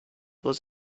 was